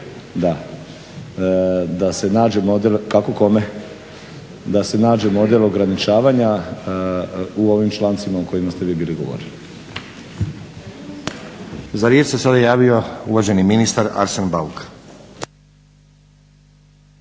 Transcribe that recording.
Da se nađe model ograničavanja u ovim člancima o kojima ste vi bili govorili. **Stazić, Nenad (SDP)** Za riječ se sada javio uvaženi ministar Arsen Bauk.